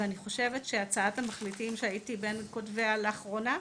ואני חושבת שהצעת המחליטים שהייתי בין כותביה לאחרונה,